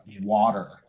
water